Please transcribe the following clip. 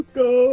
go